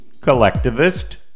Collectivist